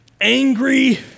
angry